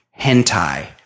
hentai